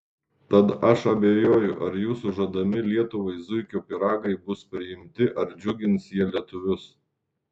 tad aš abejoju ar jūsų žadami lietuvai zuikio pyragai bus priimti ar džiugins jie lietuvius